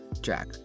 Jack